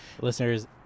listeners